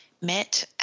met